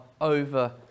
over